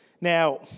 now